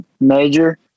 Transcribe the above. major